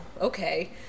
okay